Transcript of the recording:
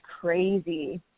crazy